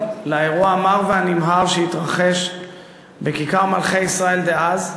לאירוע המר והנמהר שהתרחש בכיכר מלכי-ישראל דאז,